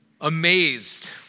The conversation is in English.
amazed